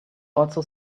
also